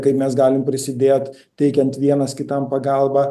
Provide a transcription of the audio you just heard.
kaip mes galim prisidėt teikiant vienas kitam pagalbą